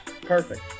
Perfect